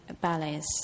ballets